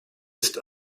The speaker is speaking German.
ist